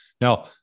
Now